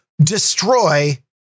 destroy